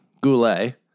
Goulet